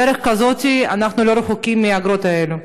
בדרך כזאת אנחנו לא רחוקים מהאגרות האלה.